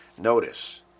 Notice